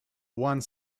one